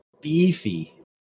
beefy